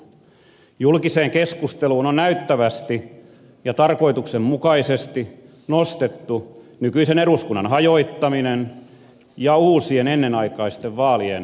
julkiseen keskusteluun on näyttävästi ja tarkoituksenmukaisesti nostettu nykyisen eduskunnan hajottaminen ja uusien ennenaikaisten vaalien järjestäminen